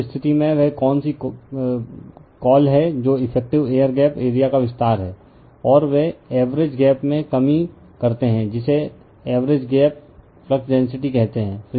तो उस स्थिति में वह कौन सी कॉल है जो इफेक्टिव एयर गैप एरिया का विस्तार हैं और वे एवरेज गैप में कमी करते हैं जिसे एवरेज गैप फ्लक्स डेंसिटी कहते हैं